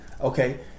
okay